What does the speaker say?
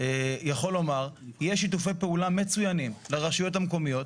יכול לומר שיש שיתופי פעולה מצוינים לרשויות המקומיות,